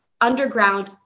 underground